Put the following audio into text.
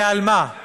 ועל מה?